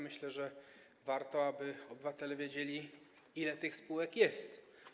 Myślę, że warto, aby obywatele wiedzieli, ile tych spółek jest.